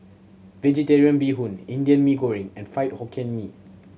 Vegetarian Bee Hoon Indian Mee Goreng and Fried Hokkien Mee